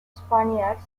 spaniards